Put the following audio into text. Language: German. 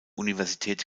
universität